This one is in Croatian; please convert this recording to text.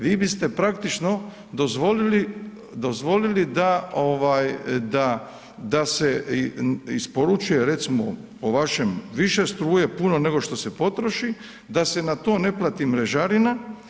Vi biste praktično dozvolili da se isporučuje recimo po vašem više struje puno nego što se potroši, da se na to ne plati mrežarina.